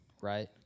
right